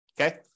Okay